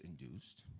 induced